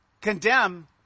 condemn